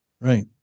Right